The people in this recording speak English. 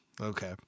Okay